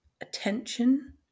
attention